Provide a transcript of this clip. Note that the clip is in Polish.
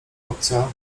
obca